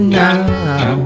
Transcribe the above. now